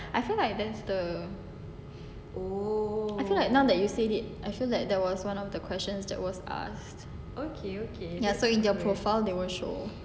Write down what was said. I feel like that's the I feel like now that you said it I feel like there was one of the questions that was asked ya so in their profile they will show